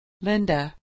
Linda